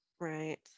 right